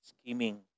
scheming